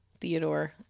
Theodore